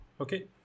okay